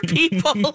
people